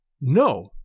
No